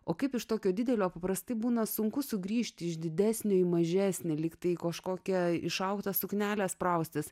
o kaip iš tokio didelio paprastai būna sunku sugrįžti išdidesnė mažesnė lyg tai kažkokia išaugta suknele spraustis